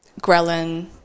ghrelin